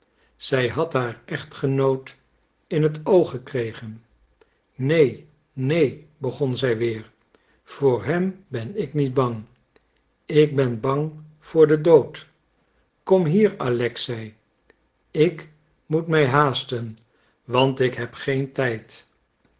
zij had haar echtgenoot in het oog gekregen neen neen begon zij weer voor hem ben ik niet bang ik ben bang voor den dood kom hier alexei ik moet mij haasten want ik heb geen tijd